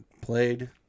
Played